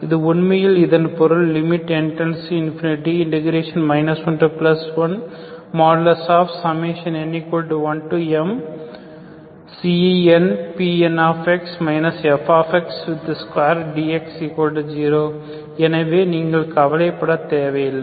இது உண்மையில் இதன் பொருள் m→∞ 11n1mCnPnx fx2dx0 எனவே நீங்கள் கவலைப்படத் தேவையில்லை